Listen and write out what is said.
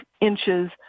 inches